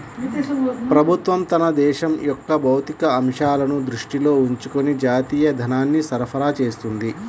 ప్రభుత్వం తన దేశం యొక్క భౌతిక అంశాలను దృష్టిలో ఉంచుకొని జాతీయ ధనాన్ని సరఫరా చేస్తుంది